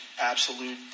absolute